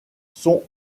sont